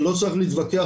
שלא צריך להתווכח,